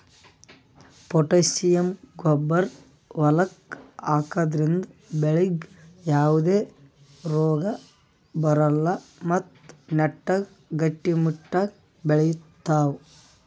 potassium ಗೊಬ್ಬರ್ ಹೊಲಕ್ಕ್ ಹಾಕದ್ರಿಂದ ಬೆಳಿಗ್ ಯಾವದೇ ರೋಗಾ ಬರಲ್ಲ್ ಮತ್ತ್ ನೆಟ್ಟಗ್ ಗಟ್ಟಿಮುಟ್ಟಾಗ್ ಬೆಳಿತಾವ್